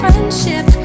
Friendship